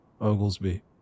Oglesby